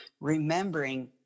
remembering